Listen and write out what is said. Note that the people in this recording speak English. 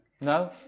No